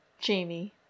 Jamie